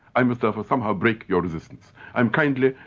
i must therefore somehow break your resistance. i'm kindly,